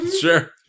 sure